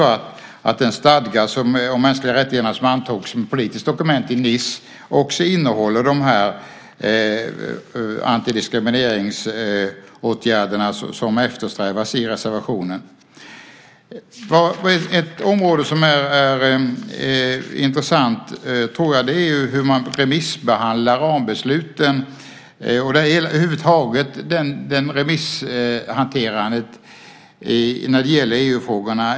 Den stadga om mänskliga rättigheter som antogs som ett politiskt dokument i Nice innehåller ju också de antidiskrimineringsåtgärder som eftersträvas i reservationen. Ett område som är intressant är frågan om hur man remissbehandlar rambesluten. Det gäller över huvud taget remisshanterandet av EU-frågorna.